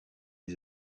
les